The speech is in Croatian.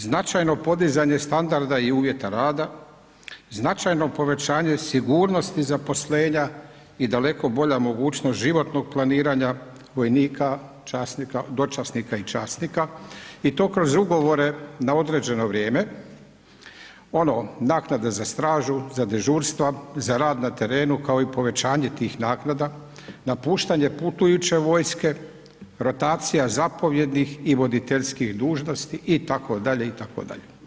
Značajno podizanje standarda i uvjeta rada, značajno povećanje sigurnosti zaposlenja i daleko bolja mogućnost životnog planiranja vojnika, časnika, dočasnika i časnika i to kroz ugovore na određeno vrijeme, ono, naknade za stražu, za dežurstva, za rad na terenu kao i povećanje tih naknada, napuštanje putujuće vojske, rotacija zapovjednih i roditeljskih dužnosti itd., itd.